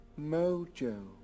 Mojo